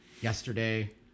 Yesterday